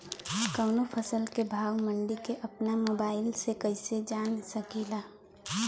कवनो फसल के भाव मंडी के अपना मोबाइल से कइसे जान सकीला?